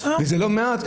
וזה לא מעט,